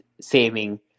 saving